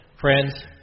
Friends